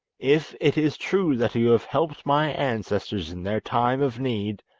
if it is true that you have helped my ancestors in their time of need,